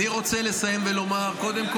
אני רוצה לסיים ולומר --- יש לך עוד שתי דקות.